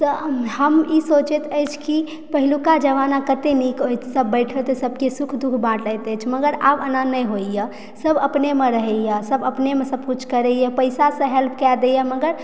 तऽ हम ई सोचैत अछि कि पहिलुका जमाना कतय नीक होइत अछि सभ बैठति सभके सुख दुःख बाँटैत अछि मगर आब एना नहि होइए सभ अपनेमे रहयए सभ अपनेमऽ सभ कुछ करयए पैसासँ हेल्प कै दयए मगर